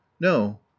No